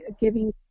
giving